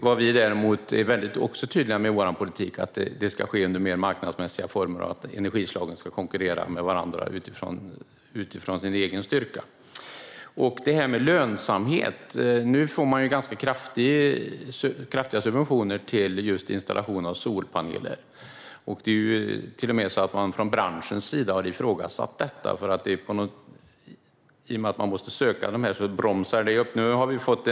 Vad vi däremot är tydliga med är att den ska ske i mer marknadsmässiga former och att energislagen ska konkurrera med varandra utifrån sin egen styrka. När det gäller detta med lönsamhet får man nu ganska kraftiga subventioner för installation av solpaneler. Det är till och med så att man från branschens sida har ifrågasatt detta, för i och med att man måste ansöka om subvention bromsar det upp installationerna.